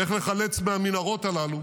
איך לחלץ מהמנהרות הללו